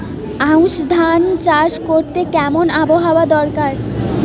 আউশ ধান চাষ করতে কেমন আবহাওয়া দরকার?